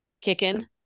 kicking